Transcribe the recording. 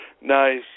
nice